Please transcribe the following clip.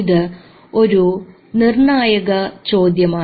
ഇത് ഒരു നിർണായക ചോദ്യമാണ്